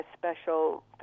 special